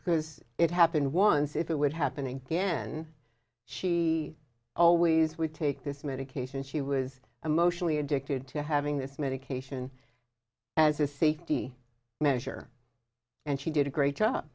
because it happened once if it would happen again she always would take this medication she was emotionally addicted to having this medication as a safety measure and she did a great job